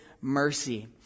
mercy